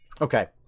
Okay